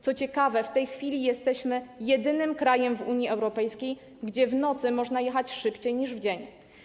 Co ciekawe, w tej chwili jesteśmy jedynym krajem w Unii Europejskiej, gdzie w nocy można jechać szybciej niż w dzień.